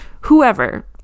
whoever